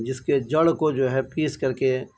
جس کے جڑ کو جو ہے پیس کر کے